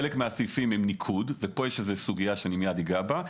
חלקם עם ניקוד, ופה יש סוגייה שמייד אגע בה.